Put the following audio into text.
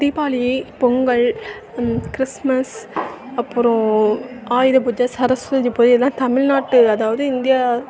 Deepavali Pongal Christmas அப்புறம் ஆயுதப்பூஜை சரஸ்வதி பூஜைலாம் தமிழ்நாட்டு அதாவது இந்தியா